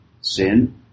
sin